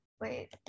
wait